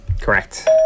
correct